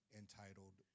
entitled